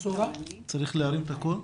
שוכרן.